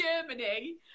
Germany